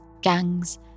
gangs